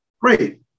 Great